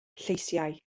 lleisiau